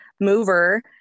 mover